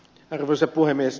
arvoisa puhemies